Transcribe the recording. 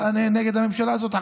אני מצביע נגד הממשלה הזאת.